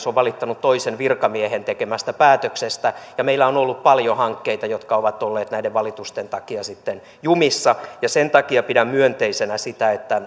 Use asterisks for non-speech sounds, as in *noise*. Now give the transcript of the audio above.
*unintelligible* on valittanut toisen virkamiehen tekemästä päätöksestä ja meillä on ollut paljon hankkeita jotka ovat olleet näiden valitusten takia sitten jumissa sen takia pidän myönteisenä sitä että *unintelligible*